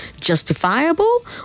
justifiable